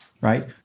right